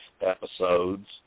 episodes